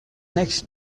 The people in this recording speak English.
next